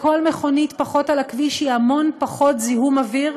כל מכונית פחות על הכביש היא המון פחות זיהום אוויר,